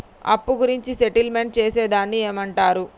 అప్పు గురించి సెటిల్మెంట్ చేసేదాన్ని ఏమంటరు?